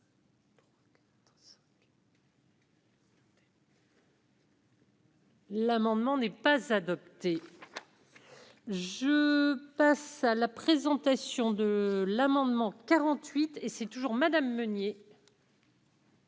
L'amendement n'est pas adopté. Face à la présentation de l'amendement 48 et c'est toujours Madame Meunier.